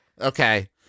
Okay